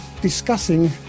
discussing